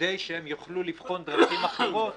כדי שהם יוכלו לבחון דרכים אחרות